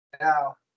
Now